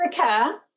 Africa